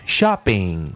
Shopping